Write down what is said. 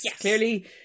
clearly